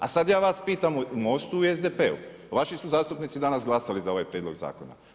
A sad ja vas pitam u MOST-u i SDP-u vaši su zastupnici danas glasali za ovaj prijedlog zakona.